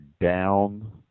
down